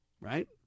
right